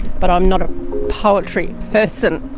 but i'm not a poetry person.